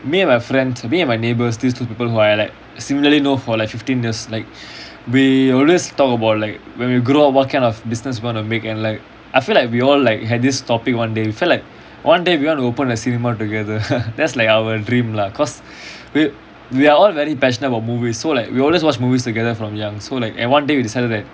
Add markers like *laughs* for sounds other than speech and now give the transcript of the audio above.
me and my friends me and my neighbours these two people who are like similarly know for like fifteen years like we always talk about like when we grow up what kind of business we want to make and like I feel like we all like had this topic one day we feel like one day we want to open a cinema together *laughs* that's like our dream lah cause we we are all very passionate about movies so like we always watch movies together from young so like and one day we decided that